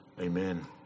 Amen